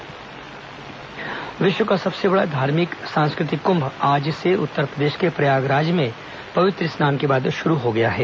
क्म्भ मेला विश्व का सबसे बड़ा धार्मिक सांस्कृतिक कृम्भ आज से उत्तरप्रदेश के प्रयागराज में पवित्र स्नान के बाद शुरू हो गया है